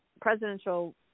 presidential